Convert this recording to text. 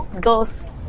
girls